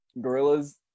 gorillas